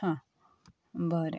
हा बरें